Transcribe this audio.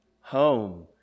Home